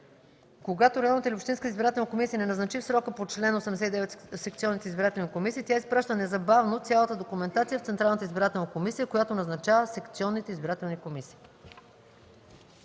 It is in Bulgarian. комисия не назначи в срока по чл. 89 секционните избирателни комисии, тя изпраща незабавно цялата документация в Централната избирателна комисия, която назначава секционните избирателни комисии.”